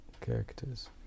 characters